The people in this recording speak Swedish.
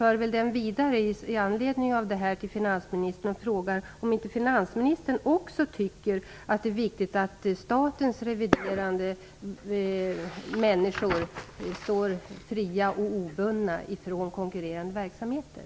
Med anledning av detta frågar jag finansministern om han inte också tycker att det är viktigt att statens reviderande människor står fria och obundna i förhållande till konkurrerande verksamheter.